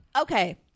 okay